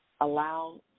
allow